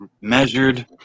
measured